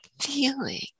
feeling